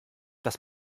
das